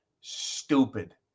stupid